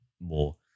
more